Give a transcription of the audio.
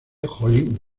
holly